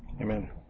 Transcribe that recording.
Amen